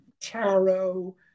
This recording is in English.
tarot